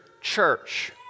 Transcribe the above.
church